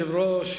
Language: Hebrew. אדוני היושב-ראש,